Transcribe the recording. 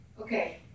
Okay